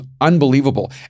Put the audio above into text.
unbelievable